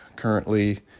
currently